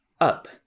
up